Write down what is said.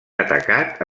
atacat